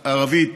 שהערבית,